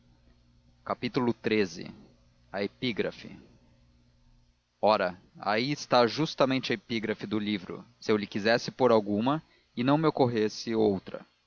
nata xiii a epígrafe ora aí está justamente a epígrafe do livro se eu lhe quisesse pôr alguma e não me ocorresse outra